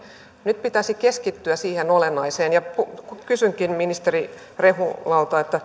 nyt pitäisi keskittyä siihen olennaiseen kysynkin ministeri rehulalta